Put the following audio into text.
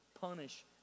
punish